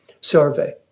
survey